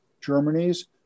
Germany's